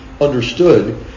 understood